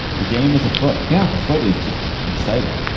the game is afoot. yeah. a foot is just exciting.